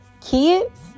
kids